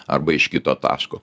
arba iš kito taško